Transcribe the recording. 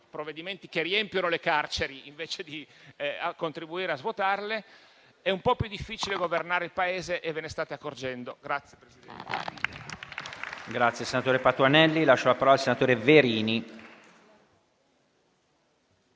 provvedimenti che peraltro riempiono le carceri, invece di contribuire a svuotarle. È un po' più difficile governare il Paese, e ve ne state accorgendo.